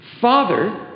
Father